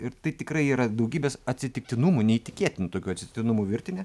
ir tai tikrai yra daugybės atsitiktinumų neįtikėtinų tokių atsitiktinumų virtinė